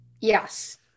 Yes